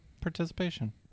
participation